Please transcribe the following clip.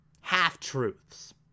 half-truths